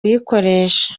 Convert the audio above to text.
uyikoresha